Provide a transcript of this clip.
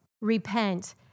Repent